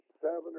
seven